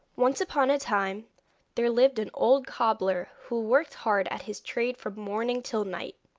once upon a time there lived an old cobbler who worked hard at his trade from morning till night,